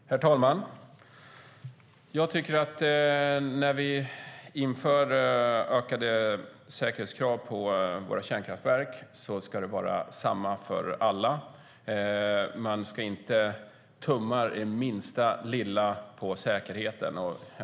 Herr talman! När vi inför ökade säkerhetskrav på våra kärnkraftverk ska det vara samma för alla. Man ska inte tumma minsta lilla på säkerheten.